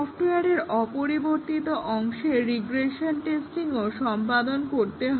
সফটওয়্যারের অপরিবর্তিত অংশের রিগ্রেশন টেস্টিংও সম্পাদন করতে হয়